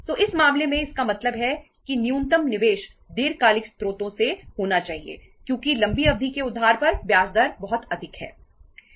तो इस मामले में इसका मतलब है कि न्यूनतम निवेश दीर्घकालिक स्रोतों से होना चाहिए क्योंकि लंबी अवधि के उधार पर ब्याज दर बहुत अधिक है